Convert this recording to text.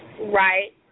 Right